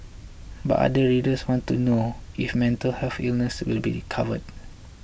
but other readers want to know if mental health illnesses will be covered